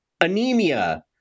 Anemia